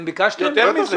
אתם ביקשתם?